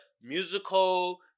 musical